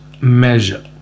measure